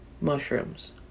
Mushrooms